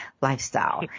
lifestyle